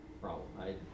problem